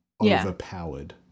overpowered